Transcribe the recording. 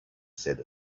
said